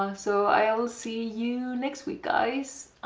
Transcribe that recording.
ah so i will see you next week guys